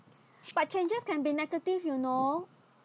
but changes can be negative you know